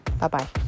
bye-bye